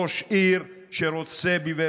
ראש עיר שרוצה לפתוח,